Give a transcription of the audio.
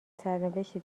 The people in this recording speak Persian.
سرنوشتی